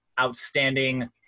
outstanding